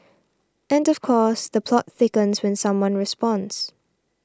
and of course the plot thickens when someone responds